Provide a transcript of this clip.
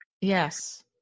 Yes